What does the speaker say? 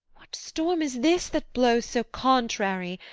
what storm is this that blows so contrary?